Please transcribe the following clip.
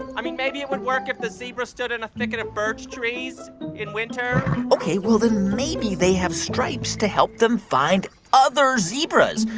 i mean, maybe it would work if the zebra stood in a thicket of birch trees in winter ok. well, then maybe they have stripes to help them find other zebras.